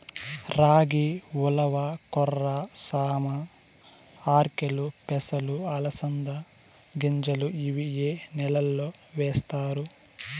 రాగి, ఉలవ, కొర్ర, సామ, ఆర్కెలు, పెసలు, అలసంద గింజలు ఇవి ఏ నెలలో వేస్తారు?